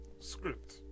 Script